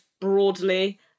broadly